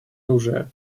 оружия